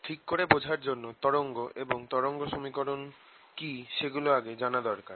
ঠিক করে বোঝার জন্য তরঙ্গ এবং তরঙ্গ সমীকরণ কি সেগুলো আগে জানা দরকার